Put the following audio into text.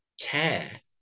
care